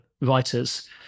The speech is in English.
writers